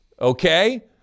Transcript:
Okay